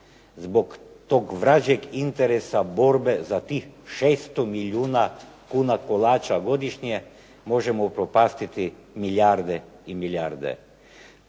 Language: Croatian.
zbog tog vražjeg interesa borbe za tih 600 milijuna kuna kolača godišnje, možemo upropastiti milijarde i milijarde.